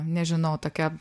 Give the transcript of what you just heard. nežinau tokia